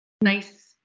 nice